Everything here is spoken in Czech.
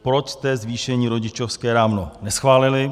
Proč jste zvýšení rodičovské dávno neschválili?